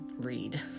read